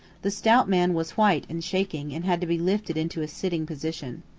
the stout man was white and shaking, and had to be lifted into a sitting position.